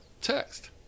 text